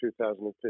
2015